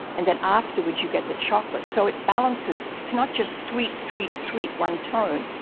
and then afterward you get the chocolate. so it balances. it's not just sweet, sweet, sweet, one tone,